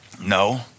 No